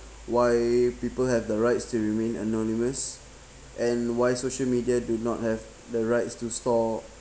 why people have the rights to remain anonymous and why social media do not have the rights to store